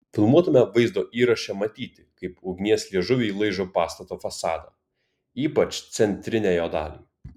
filmuotame vaizdo įraše matyti kaip ugnies liežuviai laižo pastato fasadą ypač centrinę jo dalį